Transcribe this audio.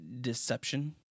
deception